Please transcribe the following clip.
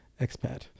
expat